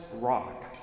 rock